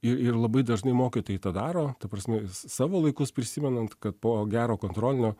ir ir labai dažnai mokytojai tą daro ta prasme savo laikus prisimenant kad po gero kontrolinio